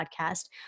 podcast